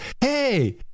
Hey